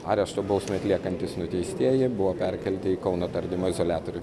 arešto bausmę atliekantys nuteistieji buvo perkelti į kauno tardymo izoliatorių